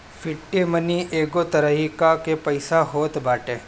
fiat money एगो तरही कअ पईसा होत बाटे